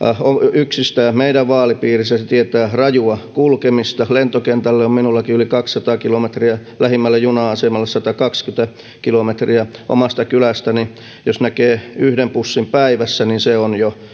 yksistään meidän vaalipiirissämme se tietää rajua kulkemista lentokentälle on minullakin yli kaksisataa kilometriä lähimmälle juna asemalle satakaksikymmentä kilometriä omassa kylässäni jos näkee yhden bussin päivässä niin se on jo